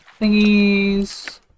thingies